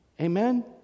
Amen